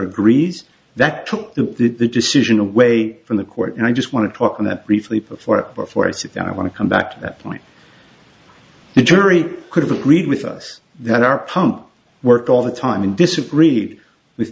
agrees that the decision away from the court and i just want to talk on that briefly before before i sit down i want to come back to that point the jury could have agreed with us that our pump worked all the time and disagreed with